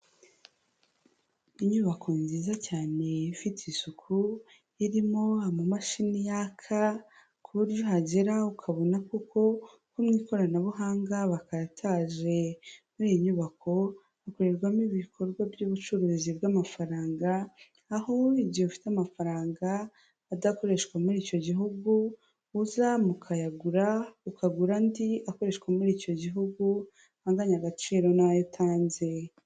Inyubako nziza cyane ifite isuku, irimo amamashini yaka ku uhagera ukabona koko, ko mu ikoranabuhanga bakataje, muri iyi nyubako hakorerwamo ibikorwa by'ubucuruzi bw'amafaranga, aho igihe ufite amafaranga adakoreshwa muri icyo gihugu uza mukayagura, ukagura andi akoreshwa muri icyo gihugu, anganya agaciro n'ayo utanze.